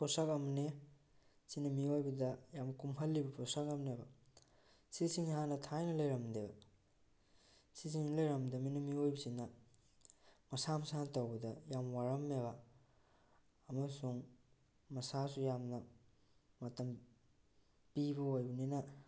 ꯄꯣꯠꯁꯛ ꯑꯝꯅꯤ ꯁꯤꯅ ꯃꯤꯑꯣꯏꯕꯗ ꯌꯥꯝ ꯀꯣꯝꯍꯜꯂꯤꯕ ꯄꯣꯠꯁꯛ ꯑꯃꯅꯦꯕ ꯁꯤꯁꯤꯡꯁꯤ ꯍꯥꯟꯅ ꯊꯥꯏꯅ ꯂꯩꯔꯝꯗꯦꯕ ꯁꯤꯁꯤꯡꯁꯤ ꯂꯩꯔꯝꯗꯕꯅꯤꯅ ꯃꯤꯑꯣꯏꯕꯁꯤꯅ ꯃꯁꯥ ꯃꯁꯥꯅ ꯇꯧꯕꯗ ꯌꯥꯝ ꯋꯥꯔꯝꯃꯦꯕ ꯑꯃꯁꯨꯡ ꯃꯁꯥꯁꯨ ꯌꯥꯝꯅ ꯃꯇꯝ ꯄꯤꯕ ꯑꯣꯏꯕꯅꯤꯅ